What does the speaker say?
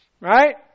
Right